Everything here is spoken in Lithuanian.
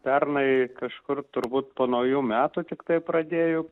pernai kažkur turbūt po naujų metų tiktai pradėjo